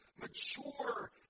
mature